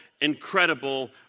incredible